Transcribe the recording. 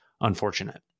unfortunate